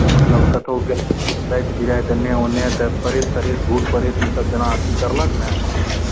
मतलब कतहु गेलहुँ राति बिराति एन्नऽ ओन्नऽ तऽ प्रेत त्रेत भूत प्रेत इसभ जेना अथी करलक ने